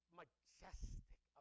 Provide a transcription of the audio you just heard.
majestic